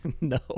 No